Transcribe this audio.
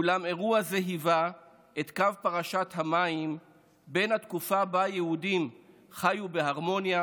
אולם אירוע זה היה קו פרשת המים בין התקופה שבה יהודים חיו בהרמוניה